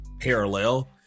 parallel